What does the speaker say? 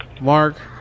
Mark